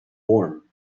warm